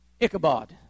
Ichabod